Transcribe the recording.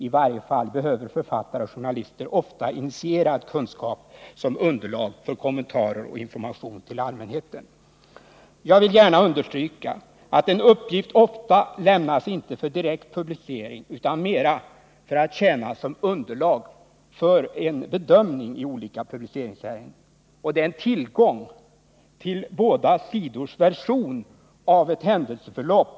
I varje fall behöver författare och journalister ofta initierad kunskap som underlag för kommentarer och information till allmänheten.” Jag vill understryka att en uppgift som lämnas ofta inte är avsedd för direkt publicering utan mera för att tjäna som underlag för en bedömning i publiceringssammanhang, för att ge tillgång till båda sidors version av ett händelseförlopp.